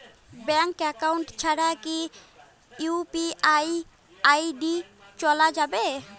Bank account ছাড়া কি UPI ID চোলা যাবে?